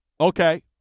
Okay